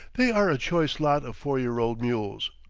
they are a choice lot of four-year-old mules,